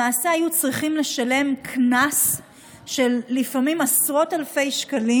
הם היו צריכים לשלם קנס של לפעמים עשרות אלפי שקלים